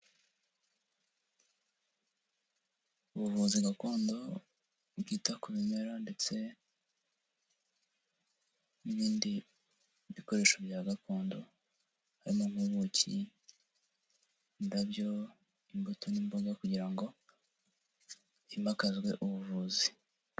Ubuvuzi gakondo bwita ku bimera ndetse n'ibindi bikoresho bya gakondo harimo ubuki, indabyo, imbuto n'imboga kugira ngo himakazwe ubuvuzi.